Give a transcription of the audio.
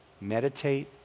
meditate